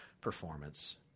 performance